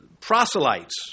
proselytes